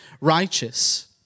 righteous